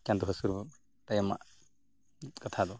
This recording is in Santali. ᱪᱟᱸᱫᱳ ᱦᱟᱸᱥᱩᱨᱚᱜ ᱛᱟᱭᱚᱢᱟᱜ ᱠᱟᱛᱷᱟ ᱫᱚ